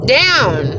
down